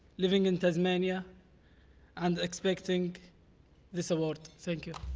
living in tasmania and expecting this award, thank you.